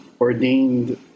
ordained